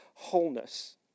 wholeness